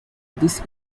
this